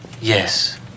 Yes